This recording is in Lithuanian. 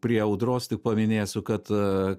prie audros tik paminėsiu kad